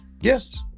Yes